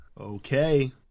Okay